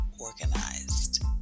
Organized